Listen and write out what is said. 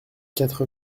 quatre